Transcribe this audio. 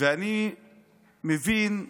ואני מבין,